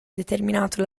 determinato